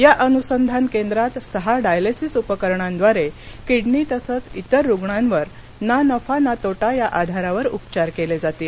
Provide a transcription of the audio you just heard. या अनुसंधान केंद्रात सहा डायलेसिस उपकरणांद्वारे किडनी तसेच इतर रुग्णावर ना नफा ना तोटा या आधारावर उपचार केले जातील